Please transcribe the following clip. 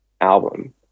album